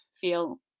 feel